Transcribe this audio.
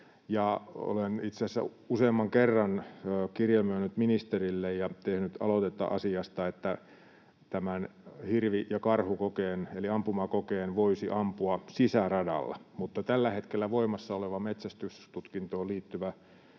Olen itse asiassa useamman kerran kirjelmöinyt ministerille ja tehnyt aloitetta asiasta, että tämän hirvi- ja karhukokeen eli ampumakokeen voisi ampua sisäradalla. Tällä hetkellä voimassa oleva metsästystutkintoon liittyvä